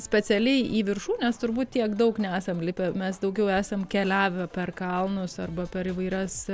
specialiai į viršūnes turbūt tiek daug nesam lipę mes daugiau esame keliavę per kalnus arba per įvairias